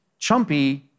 chumpy